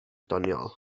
doniol